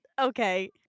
Okay